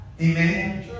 Amen